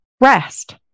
rest